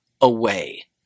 away